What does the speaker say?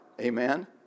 Amen